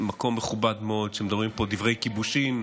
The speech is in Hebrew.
מקום מכובד מאוד שמדברים פה דברי כיבושין,